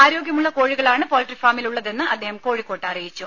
ആരോഗ്യമുള്ള കോഴികളാണ് പൌൾട്രി ഫാമിലുള്ളതെന്ന് അദ്ദേഹം കോഴിക്കോട്ട് അറിയിച്ചു